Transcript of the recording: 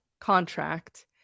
contract